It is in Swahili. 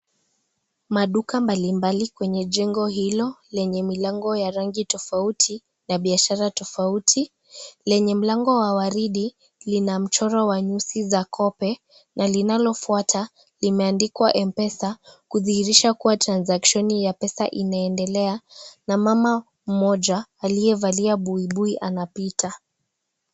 Maduka mbalimbali kwenye jengo hilo milango ya rangi tofauti na biashara tofauti lenye mlango wa waridi lina mchoro wa nyuzi za Kobe na linalofuata limeandikwa Mpesa kudhihirisha kuwa (cs)transaction (cs)ya pesa inaendelea na mama mmoja aliyevalia buibui anapita.